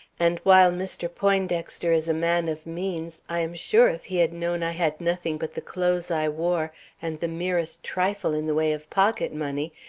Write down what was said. and while mr. poindexter is a man of means, i am sure, if he had known i had nothing but the clothes i wore and the merest trifle in the way of pocket money,